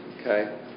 Okay